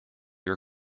your